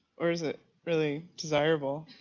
or is it really desirable?